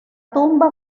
tumba